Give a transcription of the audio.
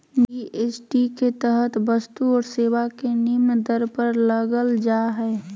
GST के तहत वस्तु और सेवा के निम्न दर पर लगल जा हइ